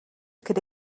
could